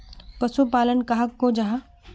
पशुपालन कहाक को जाहा?